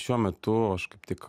šiuo metu aš kaip tik